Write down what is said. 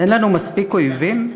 אין לנו מספיק אויבים?